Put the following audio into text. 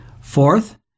Fourth